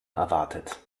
erwartet